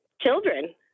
children